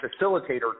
facilitator